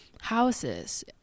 houses